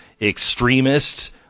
extremist